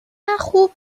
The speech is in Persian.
خوب